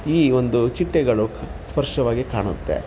ಈ ಒಂದು ಚಿಟ್ಟೆಗಳು ಸ್ವರ್ಶವಾಗಿ ಕಾಣುತ್ತೆ